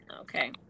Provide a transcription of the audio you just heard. Okay